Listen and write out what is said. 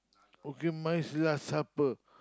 okay my last supper